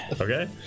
Okay